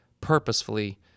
purposefully